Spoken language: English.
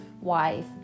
wife